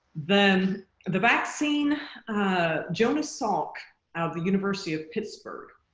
then the vaccine jonas salk out of the university of pittsburgh